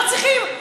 לא צריכים.